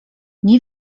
nie